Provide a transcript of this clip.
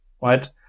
right